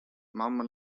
mamma